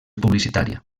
publicitària